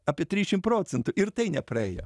apie trišim procentų ir tai nepraėjo